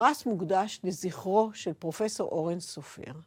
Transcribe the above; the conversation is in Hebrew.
‫אס מוקדש לזכרו של פרופ' אורנס סופיר.